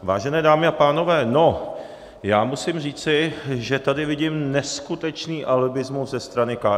Vážené dámy a pánové, no, já musím říci, že tady vidím neskutečný alibismus ze strany KSČM.